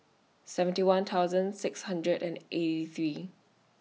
seventy one thousand six hundred and eighty three